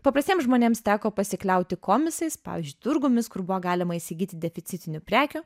paprastiems žmonėms teko pasikliauti komisais pavyzdžiui turgumis kur buvo galima įsigyti deficitinių prekių